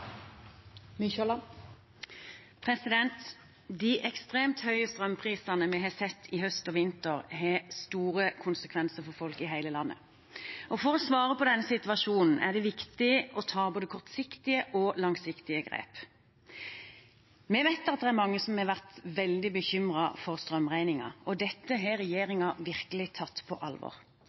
De ekstremt høye strømprisene vi har sett i høst og vinter, har store konsekvenser for folk i hele landet. For å svare på denne situasjonen er det viktig å ta både kortsiktige og langsiktige grep. Vi vet det er mange som har vært veldig bekymret for strømregningen, og dette har regjeringen virkelig tatt på alvor.